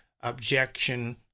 objection